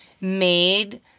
made